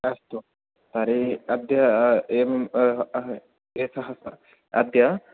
अस्तु तर्हि अद्य एवं एकः अद्य